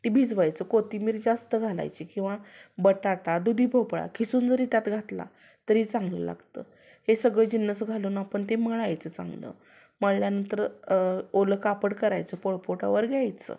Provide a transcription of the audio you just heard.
ती भिजवायचं कोथिंबीर जास्त घालायची किंवा बटाटा दुधी भोपळा किसून जरी त्यात घातला तरी चांगलं लागतं हे सगळं जिन्नस घालून आपण ते मळायचं चांगलं मळल्यानंतर ओलं कापड करायचं पोळपाटावर घ्यायचं